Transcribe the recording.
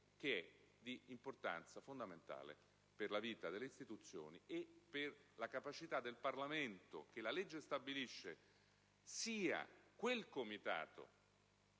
che è di importanza fondamentale per la vita delle istituzioni e per la capacità del Parlamento (poiché la legge stabilisce che sia quel Comitato